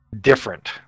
different